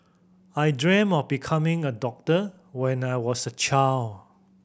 I dreamt of becoming a doctor when I was a child